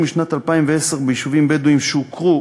משנת 2010 ביישובים בדואיים שהוכרו